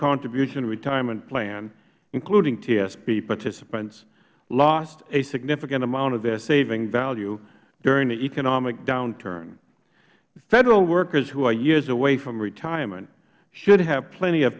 contribution retirement plan including tsp participants lost a significant amount of their saving value during the economic downturn federal workers who are years away from retirement should have plenty of